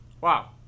Wow